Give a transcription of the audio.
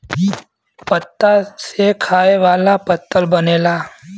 पत्ता से खाए वाला पत्तल बनेला